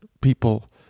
people